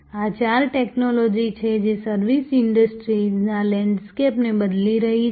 આ ચાર ટેક્નોલોજી છે જે સર્વિસ ઈન્ડસ્ટ્રીઝના લેન્ડસ્કેપને બદલી રહી છે